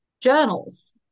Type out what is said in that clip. journals